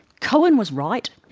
cowen was right.